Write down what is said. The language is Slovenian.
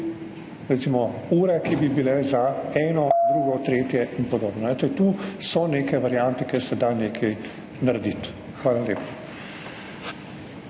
tudi ure, ki bi bile za eno, drugo, tretje in podobno. Tu so neke variante, kjer se da nekaj narediti. Hvala lepa.